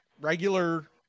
regular